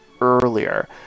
earlier